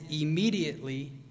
immediately